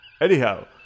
Anyhow